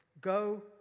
go